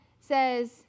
says